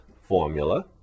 formula